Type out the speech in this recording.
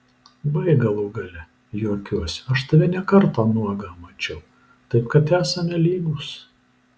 baik galų gale juokiuosi aš tave ne kartą nuogą mačiau taip kad esame lygūs